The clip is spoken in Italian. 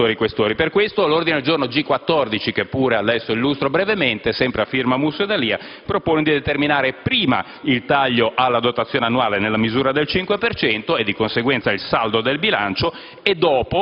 dei senatori Questori. Per questo, l'ordine del giorno G14, che pure adesso illustro brevemente, sempre a firma Musso e D'Alia, propone di determinare prima il taglio alla dotazione annuale nella misura del 5 per cento, e di conseguenza il saldo del bilancio,